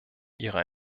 ihrer